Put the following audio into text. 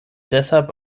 deshalb